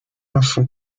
нашу